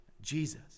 Jesus